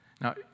Now